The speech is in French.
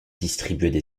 distribuaient